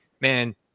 man